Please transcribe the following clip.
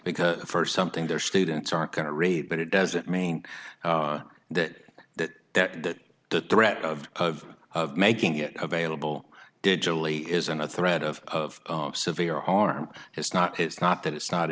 because first something their students aren't going to read but it doesn't mean that that that that the threat of of making it available digitally isn't a threat of severe harm it's not it's not that it's not